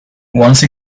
once